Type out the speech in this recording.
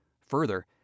further